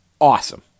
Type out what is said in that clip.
Awesome